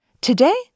Today